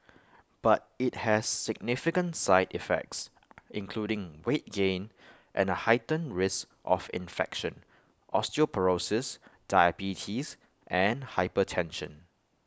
but IT has significant side effects including weight gain and A heightened risk of infection osteoporosis diabetes and hypertension